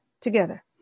together